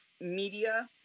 media